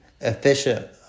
efficient